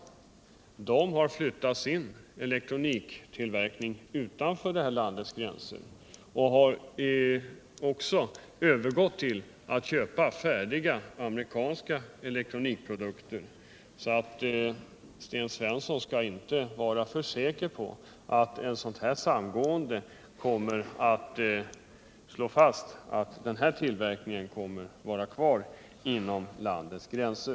Det företaget har flyttat sin komponenttillverkning utanför det här landets gränser och även övergått till att köpa färdiga amerikanska elektronikprodukter, så Sten Svensson skall inte vara för säker på att man genom ett sådant här samgående slår fast att denna tillverkning kommer att vara kvar inom landets gränser.